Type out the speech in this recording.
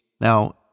Now